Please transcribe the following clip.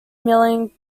milling